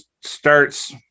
starts